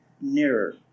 nearer